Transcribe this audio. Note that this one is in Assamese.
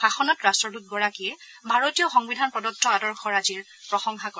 ভাষণত ৰাট্টদুতগৰাকীয়ে ভাৰতীয় সংবিধান প্ৰদত্ত আদৰ্শৰাজিৰ প্ৰশংসা কৰে